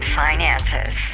finances